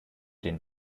den